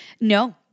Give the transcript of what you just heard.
No